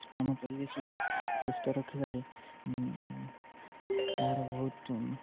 ଆମ ପରିବେଶକୁ ସୁସ୍ଥ ରଖିବାରେ ଏହାର ବହୁତ